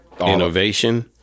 innovation